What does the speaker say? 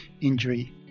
injury